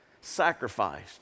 sacrificed